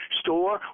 store